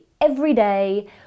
everyday